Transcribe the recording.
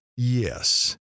Yes